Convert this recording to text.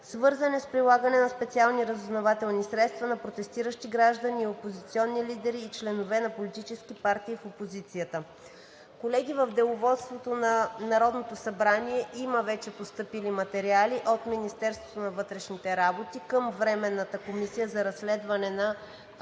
свързани с прилагане на специални разузнавателни средства на протестиращи граждани и опозиционни лидери и членове на политически партии от опозицията.“ Колеги, в деловодството на Народното събрание вече има постъпили материали от Министерството на вътрешните работи към Временната комисия за разследване на факти